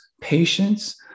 patience